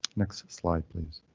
next slide, please.